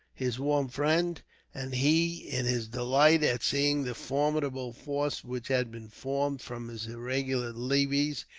his warm friend and he, in his delight at seeing the formidable force which had been formed from his irregular levies,